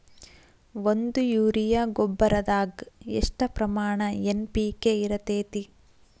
ಒಂದು ಯೂರಿಯಾ ಗೊಬ್ಬರದಾಗ್ ಎಷ್ಟ ಪ್ರಮಾಣ ಎನ್.ಪಿ.ಕೆ ಇರತೇತಿ?